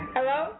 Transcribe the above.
Hello